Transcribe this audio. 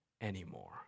anymore